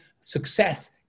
success